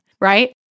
right